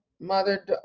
mother